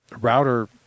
router